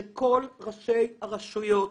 שכל ראשי הרשויות,